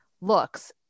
looks